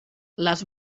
les